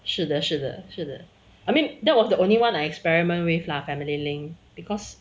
是的是的是的 I mean that was the only one I experiment with lah family link because